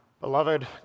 Beloved